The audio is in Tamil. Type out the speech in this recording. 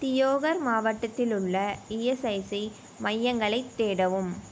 தியோகர் மாவட்டத்தில் உள்ள இஎஸ்ஐசி மையங்களைத் தேடவும்